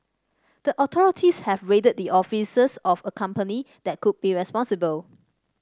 the authorities have raided the offices of a company that could be responsible